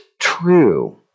true